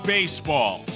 Baseball